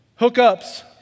hookups